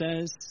says